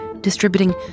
distributing